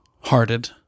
hearted